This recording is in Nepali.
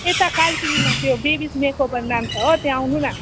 यता कालचिनीमा चाहिँ हो बेबिस मेक ओभर नाम छ हो त्यहाँ आउनु न